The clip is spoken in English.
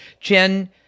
Jen